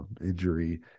injury